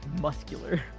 muscular